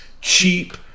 cheap